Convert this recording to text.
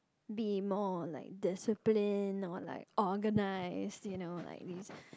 be more like discipline or like organize you know like this